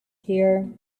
here